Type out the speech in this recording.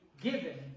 given